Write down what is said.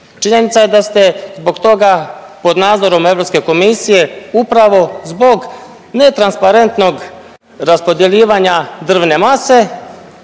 Činjenica je da ste zbog toga pod nadzorom Europske komisije upravo zbog netransparentnog raspodjeljivanja drvne mase